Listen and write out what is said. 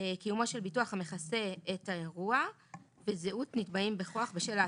קיומו של ביטוח המכסה את האירוע וזהות נתבעים בכוח בשל האסון.